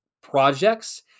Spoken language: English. projects